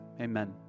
amen